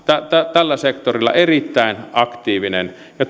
tällä sektorilla erittäin aktiivinen ja